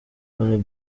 volley